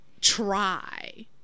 try